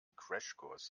crashkurs